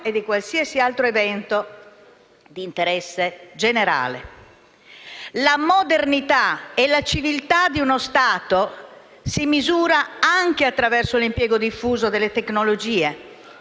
e di qualsiasi altro evento d'interesse generale. La modernità e la civiltà di uno Stato si misurano anche attraverso l'impiego diffuso delle tecnologie